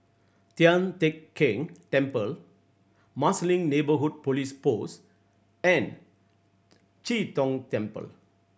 Tian Teck Keng Temple Marsiling Neighbourhood Police Post and Chee Tong Temple